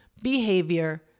behavior